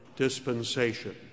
Dispensation